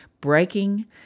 breaking